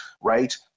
right